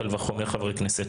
קל וחומר חברי כנסת.